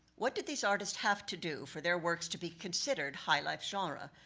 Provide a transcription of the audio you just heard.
what did these artist have to do, for their works to be considered high life genre,